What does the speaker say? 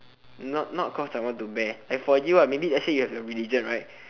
not not cause I want to bear like for you lah maybe let's say you have your religion right